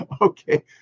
Okay